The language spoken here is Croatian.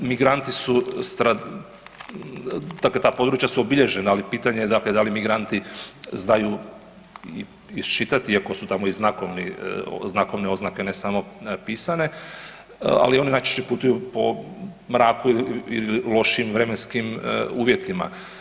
Migranti su, dakle ta područja su obilježena, ali pitanje je dakle da li migranti znaju iščitati iako su tamo i znakovni, znakovne oznake ne samo pisane, ali oni najčešće putuju po mraku ili lošim vremenskim uvjetima.